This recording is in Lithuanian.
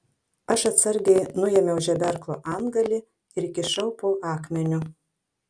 aš atsargiai nuėmiau žeberklo antgalį ir įkišau po akmeniu